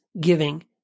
giving